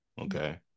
Okay